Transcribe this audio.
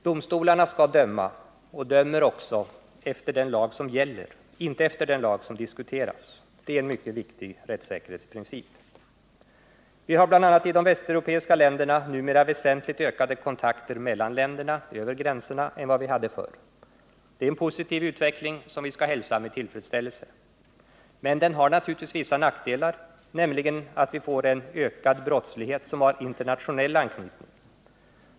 Domstolarna skall döma — och dömer också — efter den lag som gäller, inte efter den lag som diskuteras. Det är en mycket viktig rättssäkerhetsprincip. Vi har också bl.a. i de västeuropeiska länderna numera väsentligt ökade kontakter mellan länderna över gränserna än vi hade förr. Det är en positiv utveckling som vi skall hälsa med tillfredsställelse. Men den har naturligtvis vissa nackdelar, nämligen att vi får en ökad brottslighet som har internationell anknytning.